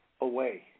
away